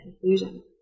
conclusion